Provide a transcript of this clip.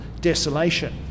desolation